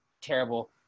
terrible